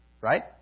right